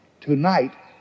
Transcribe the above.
tonight